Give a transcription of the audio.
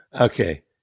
Okay